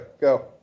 go